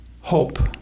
hope